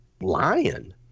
lion